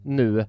nu